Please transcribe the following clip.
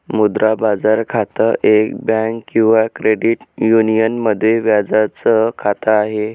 मुद्रा बाजार खातं, एक बँक किंवा क्रेडिट युनियन मध्ये व्याजाच खात आहे